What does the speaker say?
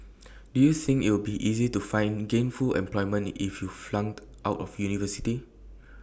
do you think it'll be easy to find gainful employment if you flunked out of university